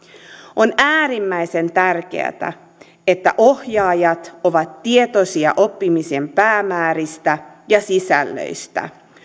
on äärimmäisen tärkeätä että ohjaajat ovat tietoisia oppimisen päämääristä ja sisällöistä